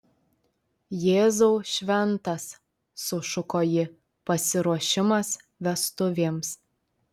jėzau šventas sušuko ji pasiruošimas vestuvėms